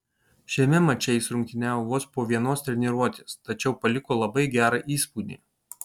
šiame mače jis rungtyniavo vos po vienos treniruotės tačiau paliko labai gerą įspūdį